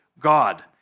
God